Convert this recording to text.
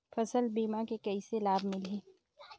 फसल बीमा के कइसे लाभ मिलही?